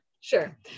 sure